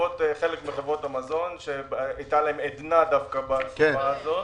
חלק מחברות המזון שהייתה להן דווקא עדנה בתקופה הזאת.